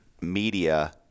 media